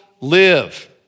live